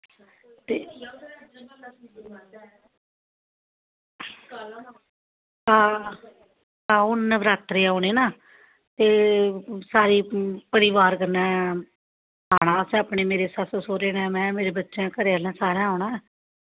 ते हां हून नवरात्रे औनें ना ते सारे परिवार कन्नै आना असें मेरे ससू सौह्रे नै में मेरे बच्चें घरे आह्ले सारें औंना